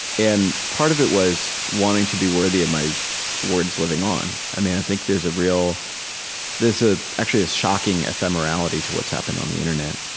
and part of it was wanting to be worthy of my words living on. i mean, i think there's a real there's ah a shocking ephemerality to what's happened on the internet.